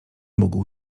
mógł